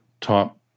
top